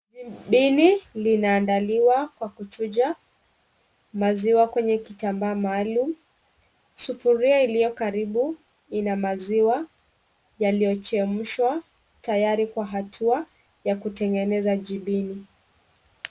Bini lina andaliwa kwaku chuja maziwa kwenye kitamba maalum sufuria ilo karibu ina maziwa yaliyo chemshwa tayari kwa hatua yaku tengeneza jibini.